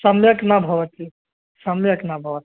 सम्यक् न भवति सम्यक् न भवति